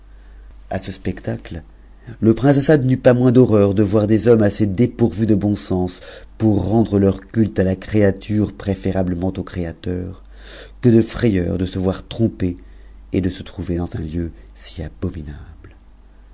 a ce spectacle te prince assad n'eut pas moins d'horreur de vo hommes assez dépourvus de bon sens pour rendre leur cutte à ta blement au créateur que de frayeur de se voir trompé et de se uver s un lieu si abominable